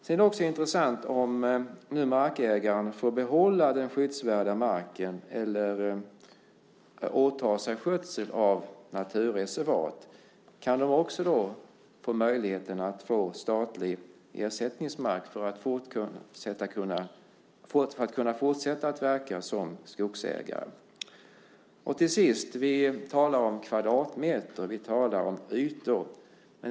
Det är också intressant: Om nu markägaren får behålla den skyddsvärda marken eller åta sig skötsel av naturreservat, kan denne också då få möjligheten att få statlig ersättningsmark för att kunna fortsätta verka som skogsägare? Vi talar om kvadratmeter. Vi talar om ytor.